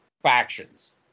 factions